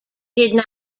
did